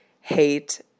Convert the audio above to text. hate